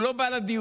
הוא לא בא לדיונים.